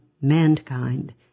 mankind